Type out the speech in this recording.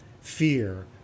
fear